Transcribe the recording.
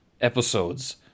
episodes